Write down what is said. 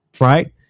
Right